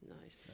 Nice